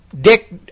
Dick